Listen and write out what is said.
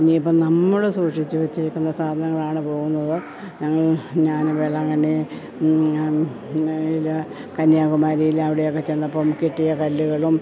ഇനിയിപ്പം നമ്മൾ സൂക്ഷിച്ച് വെച്ചിരിക്കുന്ന സാധനങ്ങളാണ് പോകുന്നത് ഞാൻ വെള്ളാങ്കണ്ണി കന്യാകുമാരിയിൽ അവിടെയൊക്കെ ചെന്നപ്പം കിട്ടിയ കല്ലുകളും